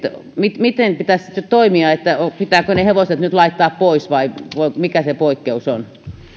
miten miten pitäisi sitten toimia pitääkö ne hevoset nyt laittaa pois vai mikä se poikkeus on